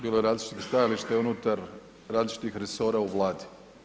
Bilo je različitih stajališta i unutar različitih resora u Vladi.